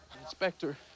Inspector